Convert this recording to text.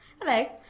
Hello